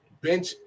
bench